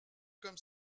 comme